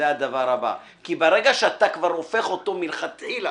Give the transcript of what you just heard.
ברגע שאתה כבר הופך אותו מלכתחילה